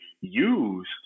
use